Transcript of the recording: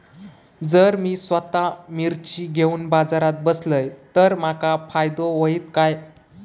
जर मी स्वतः मिर्ची घेवून बाजारात बसलय तर माका फायदो होयत काय?